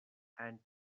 and